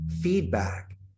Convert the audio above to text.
feedback